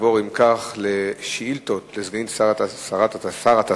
נעבור לשאילתות לסגנית שר התעשייה,